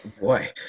Boy